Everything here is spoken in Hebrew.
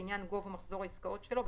לעניין גובה מחזור העסקאות שלו,